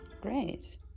Great